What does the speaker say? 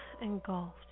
engulfed